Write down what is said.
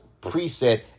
preset